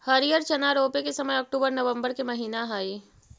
हरिअर चना रोपे के समय अक्टूबर नवंबर के महीना हइ